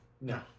No